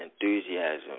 enthusiasm